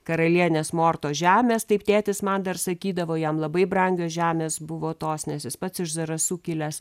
karalienės mortos žemės taip tėtis man dar sakydavo jam labai brangios žemės buvo tos nes jis pats iš zarasų kilęs